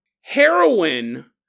Heroin